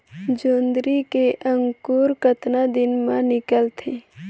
जोंदरी के अंकुर कतना दिन मां निकलथे?